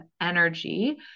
energy